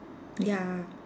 ya